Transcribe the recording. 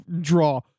Draw